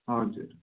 हजुर